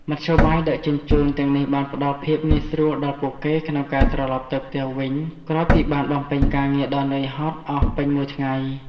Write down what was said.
មធ្យោបាយដឹកជញ្ជូនទាំងនេះបានផ្តល់ភាពងាយស្រួលដល់ពួកគេក្នុងការត្រឡប់ទៅផ្ទះវិញក្រោយពីបានបំពេញការងារដ៏នឿយហត់អស់ពេញមួយថ្ងៃ។